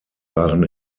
waren